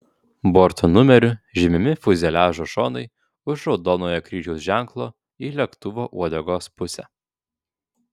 borto numeriu žymimi fiuzeliažo šonai už raudonojo kryžiaus ženklo į lėktuvo uodegos pusę